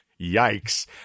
yikes